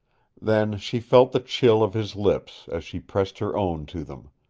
then she felt the chill of his lips as she pressed her own to them.